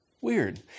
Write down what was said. Weird